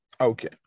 okay